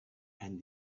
and